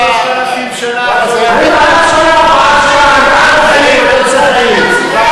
3,000 שנה, אני בעד פשרה, בעד פשרה.